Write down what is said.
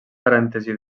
parèntesi